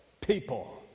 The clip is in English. people